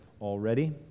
already